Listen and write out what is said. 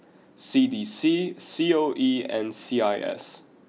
C D C C O E and C I S